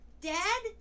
Dad